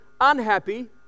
unhappy